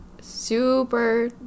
super